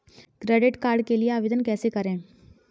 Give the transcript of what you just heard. Credit card के लिए आवेदन कैसे करें?